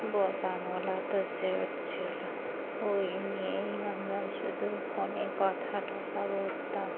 তো শিউর ছিলো ওই নিয়েই আমরা শুধু ফোনে কথা টথা বলতাম